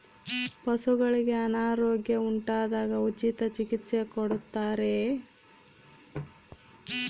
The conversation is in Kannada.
ಪಶುಗಳಿಗೆ ಅನಾರೋಗ್ಯ ಉಂಟಾದಾಗ ಉಚಿತ ಚಿಕಿತ್ಸೆ ಕೊಡುತ್ತಾರೆಯೇ?